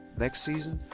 next season,